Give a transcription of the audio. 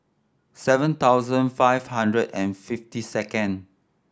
seven thousand five hundred and fifty second